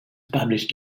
published